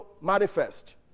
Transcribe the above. manifest